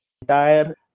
entire